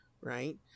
right